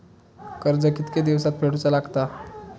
कर्ज कितके दिवसात फेडूचा लागता?